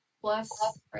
plus